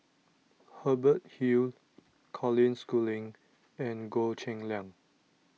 Hubert Hill Colin Schooling and Goh Cheng Liang